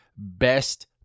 Best